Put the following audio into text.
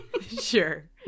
Sure